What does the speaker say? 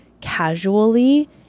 casually